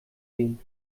gehen